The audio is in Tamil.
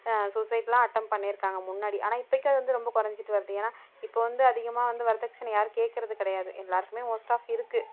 சூசைட்லாம் அட்டெம்ப்ட் பண்ணியிருக்காங்க முன்னாடி ஆனால் இப்போக்கி அது வந்து ரொம்ப குறஞ்சிட்டு வருது ஏனால் இப்போ வந்து அதிகமாக வந்து வரதட்சணை யாரும் கேக்கறது கிடையாது எல்லாருக்குமே மோஸ்ட் ஆஃப் இருக்கு